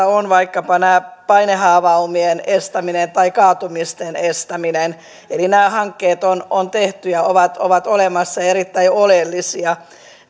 on vaikkapa painehaavaumien estäminen tai kaatumisten estäminen eli nämä hankkeet on on tehty ja ovat ovat olemassa ja erittäin oleellisia